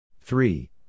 three